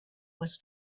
was